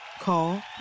Call